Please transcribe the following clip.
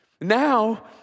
Now